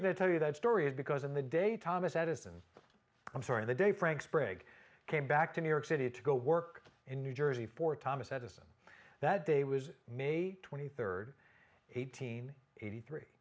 going to tell you that story is because in the day thomas edison i'm sorry the day frank sprague came back to new york city to go work in new jersey for thomas edison that day was may twenty third eighteen eighty three